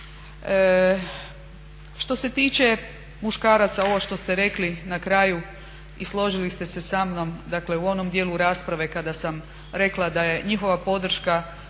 Što se tiče muškaraca, ovo što ste rekli na kraju i složili ste se sa mnom u onom dijelu rasprave kada sam rekla da je njihova podrška